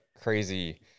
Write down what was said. crazy